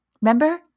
Remember